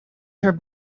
her